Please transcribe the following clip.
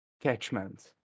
catchment